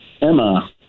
Emma